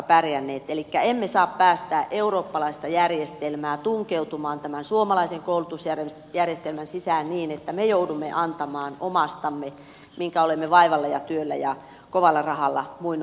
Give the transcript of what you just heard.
elikkä emme saa päästää eurooppalaista järjestelmää tunkeutumaan tämän suomalaisen koulutusjärjestelmän sisään niin että me joudumme antamaan omastamme minkä olemme vaivalla ja työllä ja kovalla rahalla muinoin rakentaneet